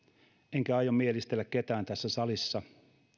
enkä aio mielistellä ketään tässä salissa